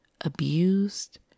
abused